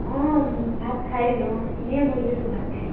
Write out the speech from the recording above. অঁ ভাত খাইলোঁ এনেই বহি আছোঁ ভাত খাই